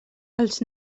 els